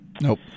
Nope